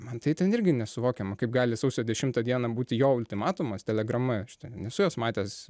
man tai ten irgi nesuvokiama kaip gali sausio dešimtą dieną būti jo ultimatumas telegrama šita nesu jos matęs